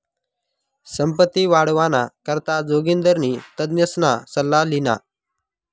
संपत्ती वाढावाना करता जोगिंदरनी तज्ञसना सल्ला ल्हिना